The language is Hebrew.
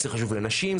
זה חשוב לנשים,